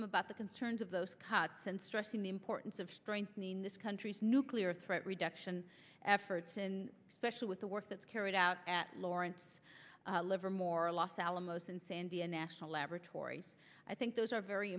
him about the concerns of those cuts and stressing the importance of strengthening this country's nuclear threat reduction efforts and especially with the work that's carried out at lawrence livermore los alamos and sandia national laboratories i think those are very